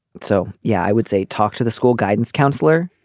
so yeah i would say talk to the school guidance counselor.